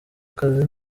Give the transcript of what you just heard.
akazi